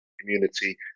community